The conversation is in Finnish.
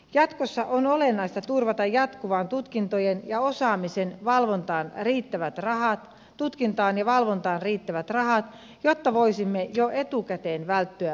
jatkossa on olennaista turvata jatkuvaan tutkintojen ja osaamisen valvontaan riittävät rahat tutkintaan ja valvontaan riittävät rahat jotta voisimme jo etukäteen välttyä vastaavilta ongelmilta